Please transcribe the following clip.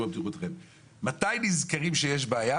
מתי נזכרים שיש בעיה?